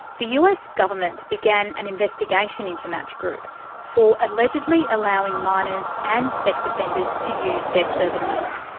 the us government began an investigation into match group for allegedly allowing minors and sex offenders to use their services.